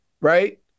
Right